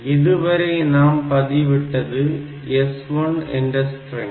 இதுவரை நாம் பதிவிட்டது S1 என்ற ஸ்ட்ரிங்